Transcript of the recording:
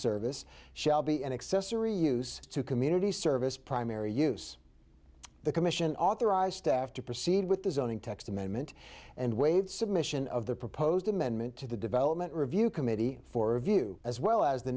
service shall be an accessory use to community service primary use the commission authorized staff to proceed with the zoning text amendment and waived submission of the proposed amendment to the development review committee for review as well as the